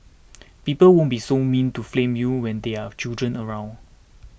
people won't be so mean to flame you when there are children around